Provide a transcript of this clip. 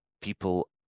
people